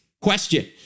Question